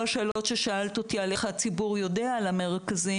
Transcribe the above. השאלות ששאלת אותי על איך הציבור יודע על המרכזים,